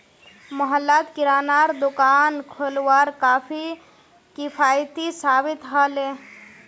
मोहल्लात किरानार दुकान खोलवार काफी किफ़ायती साबित ह ले